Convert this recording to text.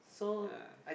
yeah